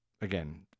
again